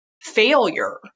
failure